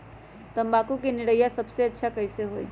तम्बाकू के निरैया सबसे अच्छा कई से होई?